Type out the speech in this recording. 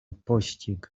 pościg